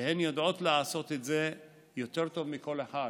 הן יודעות לעשות את זה יותר טוב מכל אחד,